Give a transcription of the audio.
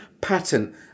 pattern